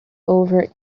over